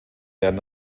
werden